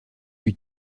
eût